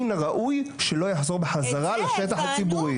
מן הראוי שלא יחזור בחזרה לשטח הציבורי.